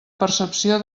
percepció